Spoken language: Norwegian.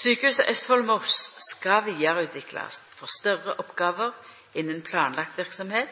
Sykehuset Østfold Moss skal videreutvikles for større oppgaver innen planlagt virksomhet